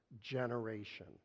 generation